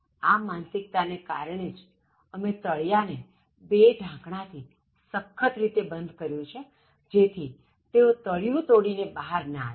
આ માનસિકતા ને કારણે જ અમે તળિયા ને બે ઢાંકણાથી સખત રીતે બંધ કર્યુ છે જેથી તેઓ તળિયું તોડી ને બહાર ન આવી શકે